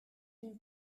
been